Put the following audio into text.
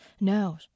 No